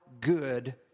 good